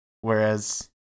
Whereas